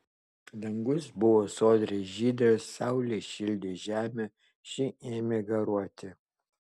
dangus buvo sodriai žydras saulė šildė žemę ši ėmė garuoti